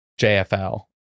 JFL